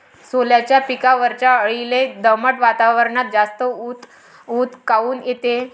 सोल्याच्या पिकावरच्या अळीले दमट वातावरनात जास्त ऊत काऊन येते?